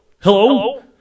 Hello